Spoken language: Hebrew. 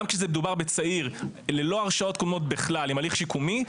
גם כשמדובר בצעיר ללא הרשעות קודמות בכלל עם הליך שיקומי,